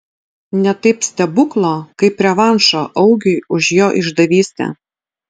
ne taip stebuklo kaip revanšo augiui už jo išdavystę